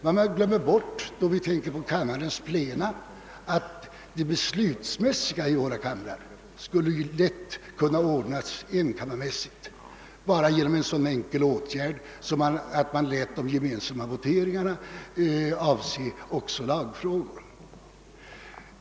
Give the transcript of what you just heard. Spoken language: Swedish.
Den beslutsmässiga delen av kamrarnas arbete skulle vidare lätt kunna ordnas enkammarmässigt bara genom en sådan åtgärd som att gemensamma voteringar skulle hållas även i lagfrågor.